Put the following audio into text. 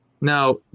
Now